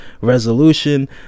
resolution